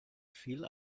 feel